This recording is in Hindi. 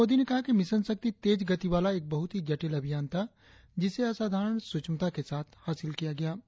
श्री मोदी ने कहा कि मिशन शक्ति तेज गति वाला एक बहुत ही जटिल अभियान था जिसे असाधारण सूक्ष्मता के साथ हासिल किया गया